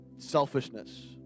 selfishness